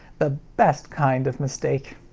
the best kind of mistake.